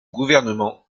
gouvernement